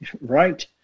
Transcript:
Right